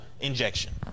injection